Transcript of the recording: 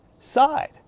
side